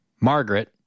Margaret